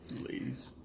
Ladies